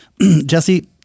Jesse